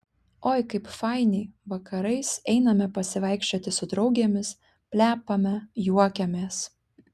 oi kaip fainiai vakarais einame pasivaikščioti su draugėmis plepame juokiamės